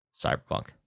Cyberpunk